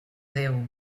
déu